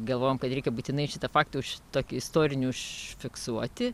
galvojom kad reikia būtinai šitą faktą už tokį istorinį užfiksuoti